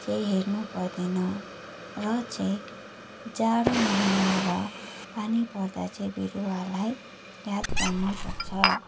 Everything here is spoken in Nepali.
चाहिँ हेर्नु पर्दैन र चाहिँ जाडो महिना र पानी पर्दा चाहिँ बिरूवाहरूलाई याद गर्नु पर्छ